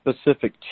specific